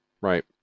Right